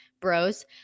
bros